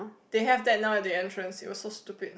they have that now at the entrance it was so stupid